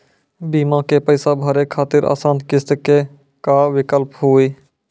बीमा के पैसा भरे खातिर आसान किस्त के का विकल्प हुई?